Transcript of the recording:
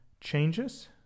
changes